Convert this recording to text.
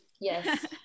Yes